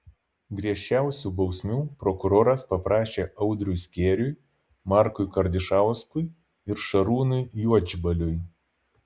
griežčiausių bausmių prokuroras paprašė audriui skėriui markui kardišauskui ir šarūnui juodžbaliui